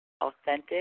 authentic